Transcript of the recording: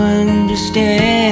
understand